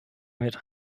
mit